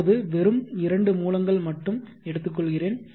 இப்போது வெறும் இரண்டு மூலங்கள் மட்டும் எடுத்துக்கொள்கிறேன்